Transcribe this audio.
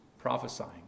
prophesying